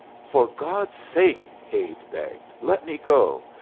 for god's sake, hade begged, let me go.